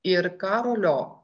ir karolio